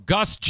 Gus